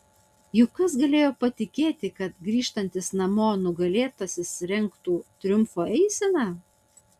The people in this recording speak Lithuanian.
juk kas galėjo patikėti kad grįžtantis namo nugalėtasis rengtų triumfo eiseną